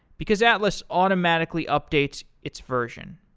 because atlas automatically updates its version.